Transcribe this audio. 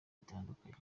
bitandukanye